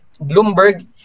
Bloomberg